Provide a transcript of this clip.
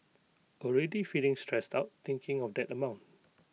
already feeling stressed out thinking of that amount